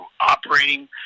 operating